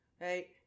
right